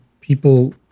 people